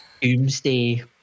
Doomsday